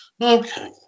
Okay